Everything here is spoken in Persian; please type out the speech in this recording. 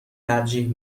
ترجیح